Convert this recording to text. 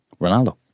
Ronaldo